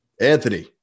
Anthony